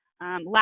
last